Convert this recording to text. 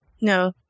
No